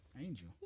Angel